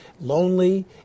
lonely